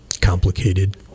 Complicated